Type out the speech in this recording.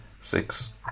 six